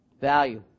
Value